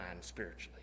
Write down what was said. spiritually